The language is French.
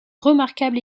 remarquable